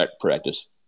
practice –